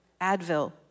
Advil